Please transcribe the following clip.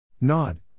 Nod